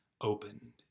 opened